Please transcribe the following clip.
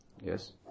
Yes